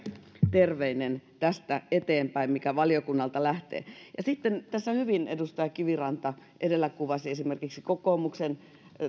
terveinen tästä eteenpäin mikä valiokunnalta lähtee tässä hyvin edustaja kiviranta edellä kuvasi esimerkiksi kokoomuksen